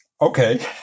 okay